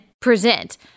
present